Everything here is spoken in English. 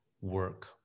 work